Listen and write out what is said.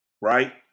Right